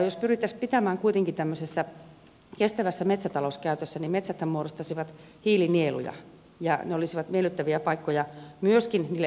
jos pyrittäisiin pitämään ne kuitenkin tämmöisessä kestävässä metsätalouskäytössä niin metsäthän muodostaisivat hiilinieluja ja ne olisivat miellyttäviä paikkoja myöskin niille ekosysteemipalveluille